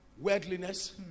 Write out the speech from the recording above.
worldliness